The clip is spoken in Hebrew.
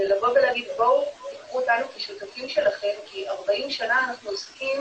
לבוא ולהגיד 'בואו קחו אותנו כשותפים שלכם' כי 40 שנים אנחנו עוסקים